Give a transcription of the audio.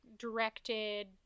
directed